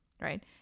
right